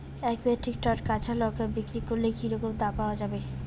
এক metric tonne কাঁচা লঙ্কা বিক্রি করলে কি রকম দাম পাওয়া যাবে?